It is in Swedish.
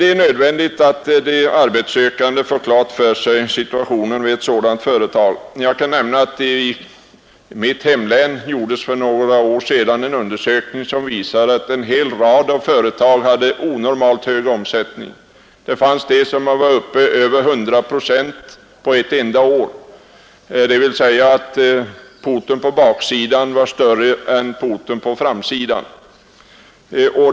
Det är nödvändigt att de arbetssökande får klart för sig situationen i ett sådant företag. Jag kan nämna att det i mitt län för några år sedan gjordes en undersökning som visade att en hel rad företag hade en onormalt hög omsättning. Det fanns de som var uppe i över 100 procent på ett enda år, dvs. porten på baksidan var större än porten på framsidan.